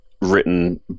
written